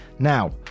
Now